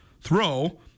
throw